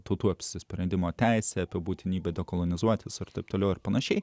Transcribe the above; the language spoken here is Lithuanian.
tautų apsisprendimo teisę apie būtinybę kolonizuotis ir taip toliau ir panašiai